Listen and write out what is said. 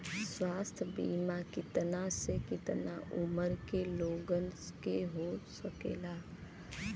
स्वास्थ्य बीमा कितना से कितना उमर के लोगन के हो सकेला?